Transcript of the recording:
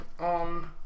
on